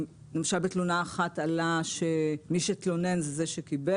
מתלונה אחת עלה שמי שהתלונן זה מי שקיבל